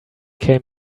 came